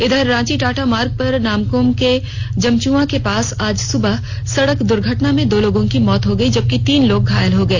इधर रांची टाटा मार्ग पर नामकम के जामचुआ के पास आज सबह सडक दूर्घटना में दो लोगों की मौत हो गई जबकि तीन लोग घायल हो गए